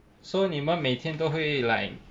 so 你们每天都会 like